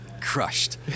Crushed